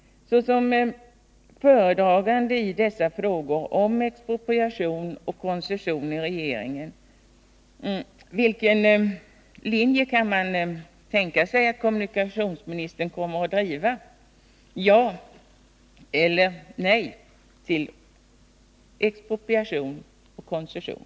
Vilken linje kan man tänka sig att kommunikationsministern, såsom föredragande i regeringen i dessa frågor om expropriation och koncession, kommer att driva: Ja eller nej till expropriation och koncession?